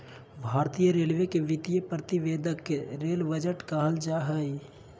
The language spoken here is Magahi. भारतीय रेलवे के वित्तीय प्रतिवेदन के रेल बजट कहल जा हइ